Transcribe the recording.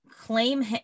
claim